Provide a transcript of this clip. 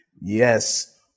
Yes